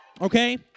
Okay